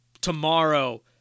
Tomorrow